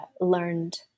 learned